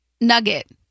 nugget